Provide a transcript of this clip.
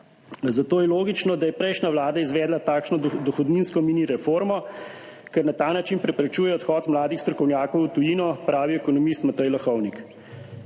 zato je logično, da je prejšnja vlada izvedla takšno dohodninsko mini reformo, ker na ta način preprečuje odhod mladih strokovnjakov v tujino, pravi ekonomist Matej Lahovnik.